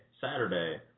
Saturday